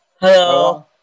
Hello